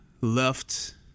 left